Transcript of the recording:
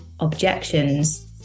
objections